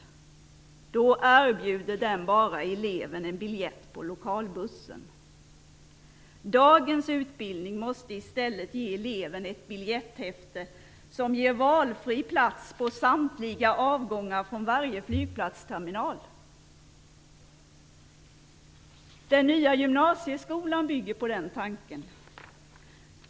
Då erbjuder den bara eleven en biljett på lokalbussen. Dagens utbildning måste i stället ge eleven ett biljetthäfte som ger valfri plats på samtliga avgångar från varje flygplatsterminal. Den nya gymnasieskolan bygger på den tanken.